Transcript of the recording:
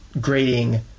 grading